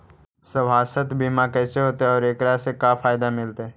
सवासथ बिमा कैसे होतै, और एकरा से का फायदा मिलतै?